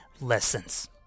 lessons